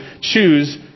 choose